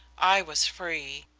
i was free.